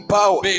power